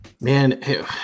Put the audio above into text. Man